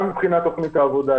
גם מבחינת תוכנית העבודה,